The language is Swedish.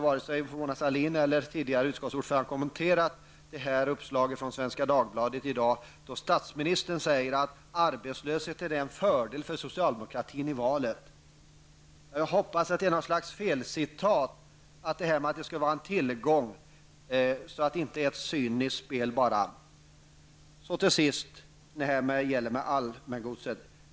Varken Mona Sahlin eller utskottsordföranden har kommenterat vad som står i Svenska Dagbladet i dag. Enligt tidningen säger statsministern att arbetslösheten är en fördel för socialdemokratin i valet. Jag hoppas att det är ett felcitat och inte uttryck för ett cyniskt spel. Så till sist detta med allmängodset.